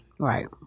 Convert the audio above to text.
Right